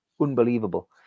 Unbelievable